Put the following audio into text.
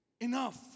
Enough